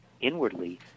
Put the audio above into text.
inwardly